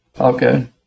Okay